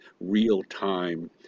real-time